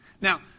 Now